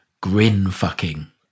grin-fucking